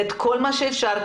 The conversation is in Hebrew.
את כל מה שאפשר,